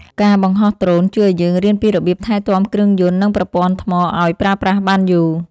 ការបង្ហោះដ្រូនជួយឱ្យយើងរៀនពីរបៀបថែទាំគ្រឿងយន្ត និងប្រព័ន្ធថ្មឱ្យប្រើប្រាស់បានយូរ។